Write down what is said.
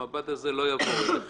המב"ד הזה לא יעבור אליכם,